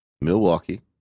Milwaukee